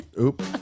Oop